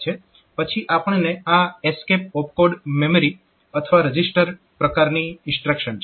પછી આપણી પાસે આ escape opcode memory register ESC opcode memreg પ્રકારની ઇન્સ્ટ્રક્શન છે